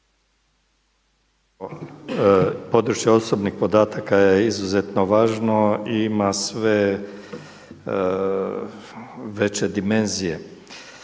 područje osobnih podataka je izuzetno važno i ima sve veće dimenzije.